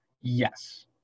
Yes